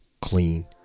clean